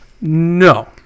no